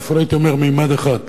אפילו הייתי אומר ממד אחד,